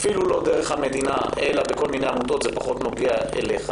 אפילו לא דרך המדינה אלא בכל מיני עמותות זה פחות נוגע אליך